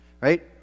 Right